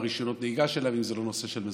רישיונות הנהיגה שלהם אם זה לא נושא של מזונות.